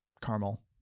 caramel